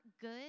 good